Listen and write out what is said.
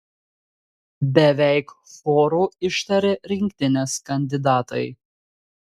beveik choru ištarė rinktinės kandidatai